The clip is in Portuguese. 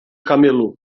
camelo